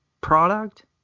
product